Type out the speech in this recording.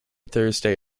thursday